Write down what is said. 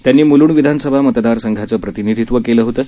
त्यांनी मुंलुंड विधानसभा मतदार संघाचं प्रतिनिधित्त्व केलं होतं